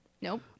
Nope